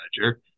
manager